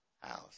house